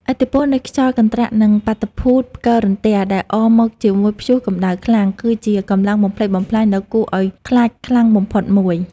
ឥទ្ធិពលនៃខ្យល់កន្ត្រាក់ និងបាតុភូតផ្គររន្ទះ ដែលអមមកជាមួយព្យុះតំបន់ក្ដៅ គឺជាកម្លាំងបំផ្លិចបំផ្លាញដ៏គួរឱ្យខ្លាចខ្លាំងបំផុតមួយ។